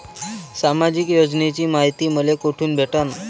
सामाजिक योजनेची मायती मले कोठून भेटनं?